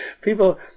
People